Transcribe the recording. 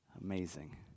Amazing